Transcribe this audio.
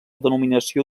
denominació